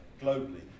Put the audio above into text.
globally